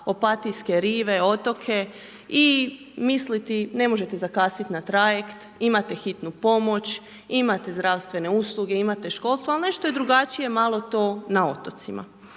Opatijske rive otoke i misliti ne možete zakasniti na trajekt, imate hitnu pomoć, imate zdravstvene usluge, imate školstvo ali nešto je drugačije malo to na otocima.